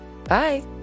Bye